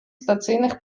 stacyjnych